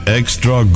extra